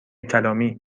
کلامی